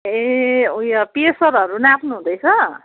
ए उ यो प्रेसरहरू नाप्नु हुँदैछ